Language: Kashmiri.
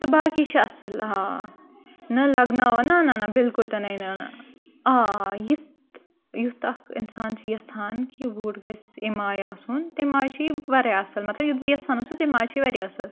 تہٕ باقٕے چھِ اَصٕل آ نہ لَگناوان نہ نہ نہ بِلکُل تہِ نَے نہ نہ آ یِتھ یُتھ اَکھ اِنسان چھُ یَژھان کہِ بوٚڑ گَژھِ ایٚمہِ آیہِ آسُن تَمہِ آیہِ چھُ یہِ واریاہ اَصٕل مطلب یُتھ بہٕ یَژھان اوس سُہ تَمہِ آیہِ چھِ یہِ واریاہ اَصٕل